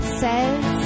says